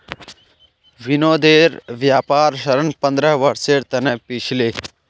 विनोदेर व्यापार ऋण पंद्रह वर्षेर त न छिले